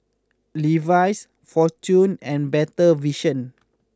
Levi's Fortune and Better Vision